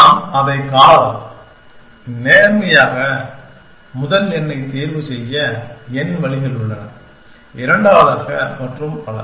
நாம் அதைக் காணலாம் நேர்மையாக முதல் எண்ணை தேர்வு செய்ய N வழிகள் உள்ளன இரண்டாவதாக மற்றும் பல